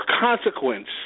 consequence